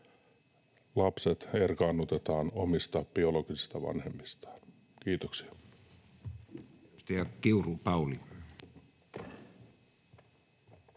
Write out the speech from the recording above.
lapset erkaannutetaan omista, biologisista vanhemmistaan. — Kiitoksia. [Speech 126]